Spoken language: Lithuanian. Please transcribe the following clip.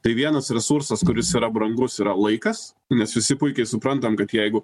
tai vienas resursas kuris yra brangus yra laikas nes visi puikiai suprantam kad jeigu